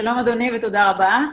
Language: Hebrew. שלום אדוני ותודה רבה.